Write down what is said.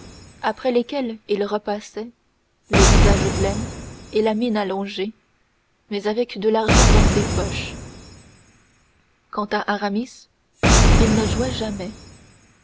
après lesquels il reparaissait le visage blême et la mine allongée mais avec de l'argent dans ses poches quant à aramis il ne jouait jamais